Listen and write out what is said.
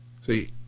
See